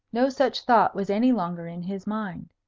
no such thought was any longer in his mind.